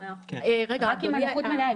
רק אם הנכות מלאה.